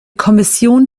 kommission